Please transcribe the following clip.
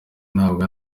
ntabwo